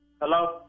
Hello